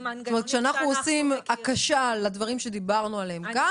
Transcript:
כשאנחנו עושים הקשה לדברים שדיברנו עליהם כאן,